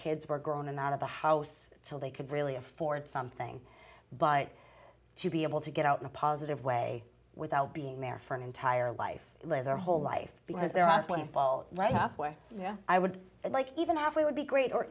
kids were grown and out of the house till they could really afford something but to be able to get out in a positive way without being there for an entire life of their whole life because there are all right half way i would like even half way would be great or